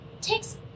takes